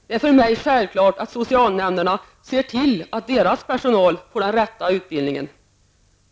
Det är för mig självklart att socialnämnderna ser till att deras personal får den rätta utbildningen.